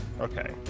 Okay